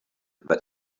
that